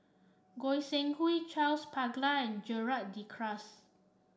Goi Seng Hui Charles Paglar and Gerald De Cruz